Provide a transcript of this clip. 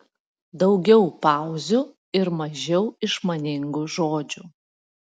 daugiau pauzių ir mažiau išmaningų žodžių